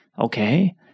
Okay